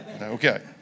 Okay